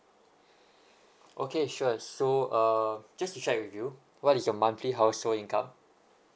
okay sure so uh just to check with you what is your monthly household income